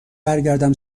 برگردم